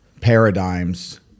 paradigms